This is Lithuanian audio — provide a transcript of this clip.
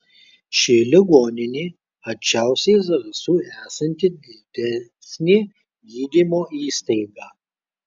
ši ligoninė arčiausiai zarasų esanti didesnė gydymo įstaiga